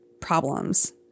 problems